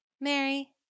Mary